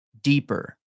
deeper